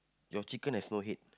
your chicken has no head